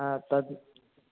तद्